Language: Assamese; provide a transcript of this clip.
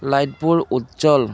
লাইটবোৰ উজ্জ্বল